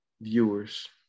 viewers